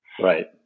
Right